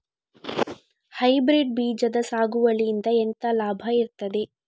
Hybrid ಬೀಜದ ಸಾಗುವಳಿಯಿಂದ ಎಂತ ಲಾಭ ಇರ್ತದೆ?